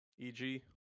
EG